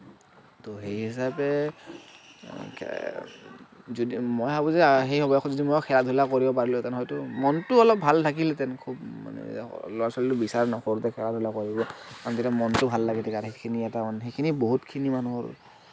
ত' সেই হিচাপে যদি মই ভাবোঁ যে সেই বয়সত যদি মই খেলা ধূলা কৰিব পাৰিলোঁহেঁতেন হয়তু মনটো অলপ ভাল থাকিলহেঁতেন খুব মানে ল'ৰা ছোৱালীয়েটো বিচাৰে ন সৰুতে খেলা ধূলা কৰিব অনন্ত মনটো ভাল লাগি থাকে আৰু সেইখিনি এটা মানে সেইখিনি বহুতখিনি মানুহৰ